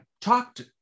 talked